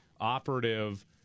operative